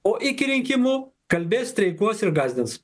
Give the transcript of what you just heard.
o iki rinkimų kalbės streikuos ir gąsdins